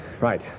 Right